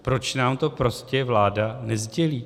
Proč nám to prostě vláda nesdělí?